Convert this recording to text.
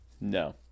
No